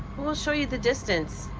we'll show you the distance.